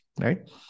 right